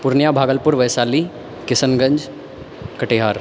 Purnia Bhagalpur Vaishali Kishanganj Katihar